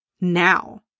now